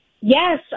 yes